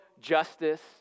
justice